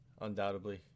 undoubtedly